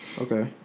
Okay